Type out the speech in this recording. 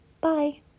Bye